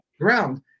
ground